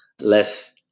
less